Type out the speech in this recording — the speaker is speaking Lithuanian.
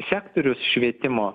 sektorius švietimo